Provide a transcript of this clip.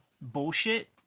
bullshit